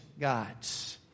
God's